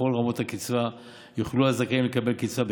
בכל רמות הקצבה יוכל הזכאים לקבל קצבה בכסף.